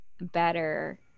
better